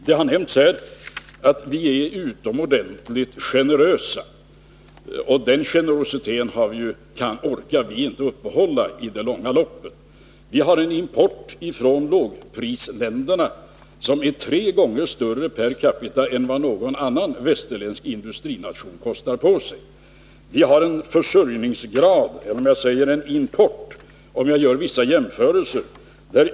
Det har nämnts här att vi är utomordentligt generösa, och den generositeten orkar vi inte upprätthålla i det långa loppet. Vi har en import från lågprisländerna som är tre gånger större per capita än vad någon annan västerländsk industrination kostar på sig. Låt mig säga några ord om försörjningsgraden. Jag vill nämna några synpunkter på importen och göra vissa jämförelser.